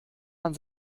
man